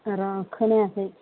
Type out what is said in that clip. र' खोनायाखै